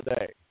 today